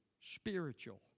spiritual